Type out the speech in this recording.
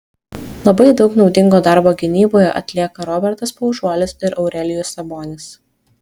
labai daug naudingo darbo gynyboje atlieka robertas paužuolis ir aurelijus sabonis